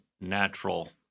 natural